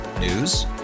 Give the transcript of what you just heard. News